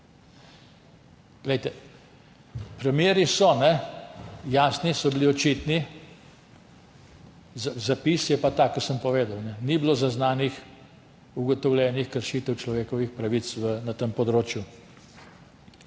županu. Primeri so jasni, so bili očitni, zapis je pa tak, kot sem povedal, ni bilo zaznanih, ugotovljenih kršitev človekovih pravic na tem področju